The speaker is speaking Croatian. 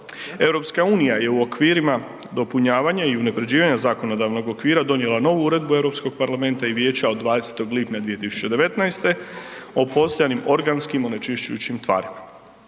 godine. EU je u okvirima dopunjavanja i unapređivanja zakonodavnog okvira donijela novu Uredbu Europskog parlamenta i vijeća od 20. lipnja 2019. o postojanim organskim onečišćujućim tvarima.